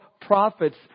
prophets